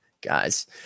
guys